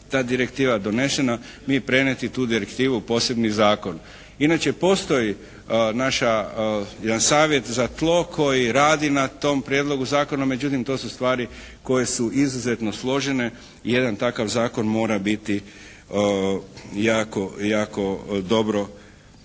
ta direktiva donešena mi prenijeti tu direktivu u posebni zakon. Inače postoji naša, jedan savjet za tlo koji radi na tom Prijedlogu zakona međutim to su stvari koje su izuzetno složene i jedan takav zakon mora biti jako, jako